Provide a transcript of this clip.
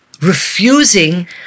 refusing